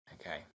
Okay